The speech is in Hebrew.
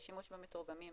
שימוש במתורגמנים